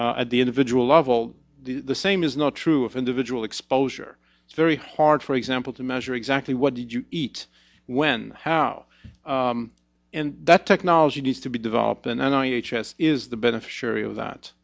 at the individual level the same is not true of individual exposure it's very hard for example to measure exactly what did you eat when how and that technology needs to be developed and i h s is the beneficiary of that